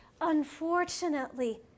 Unfortunately